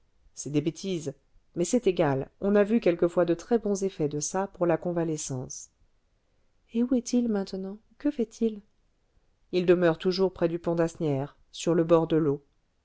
c'est des bêtises mais c'est égal on a vu quelquefois de très bons effets de ça pour la convalescence et où est-il maintenant que fait-il il demeure toujours près du pont d'asnières sur le bord de l'eau